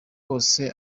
bose